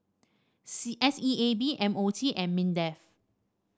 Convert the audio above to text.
S E A B M O T and Mindef